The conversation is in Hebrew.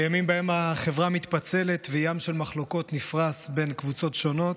בימים שבהם החברה מתפצלת וים של מחלוקות נפרס בין קבוצות שונות,